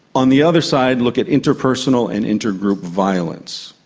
on the other side, look at interpersonal and intergroup violence.